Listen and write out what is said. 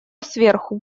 сверху